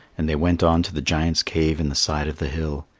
and they went on to the giant's cave in the side of the hill.